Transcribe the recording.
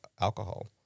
alcohol